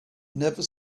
never